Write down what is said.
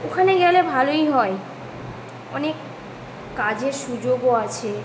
ওখানে গেলে ভালোই হয় অনেক কাজের সুযোগও আছে